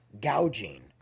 gouging